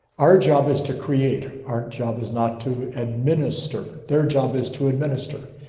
our job is to create. our job is not to administer. their job is to administer.